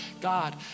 God